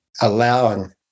allowing